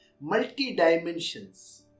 multi-dimensions